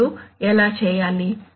ఇప్పుడు ఎలా చేయాలి